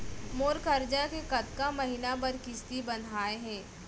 मोर करजा के कतका महीना बर किस्ती बंधाये हे?